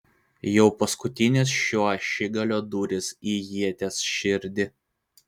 jau paskutinis šio ašigalio dūris į ieties širdį